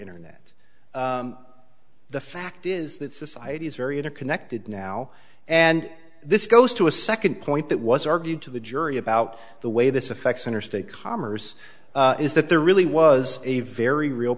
internet the fact is that society is very interconnected now and this goes to a second point that was argued to the jury about the way this affects interstate commerce is that there really was a very real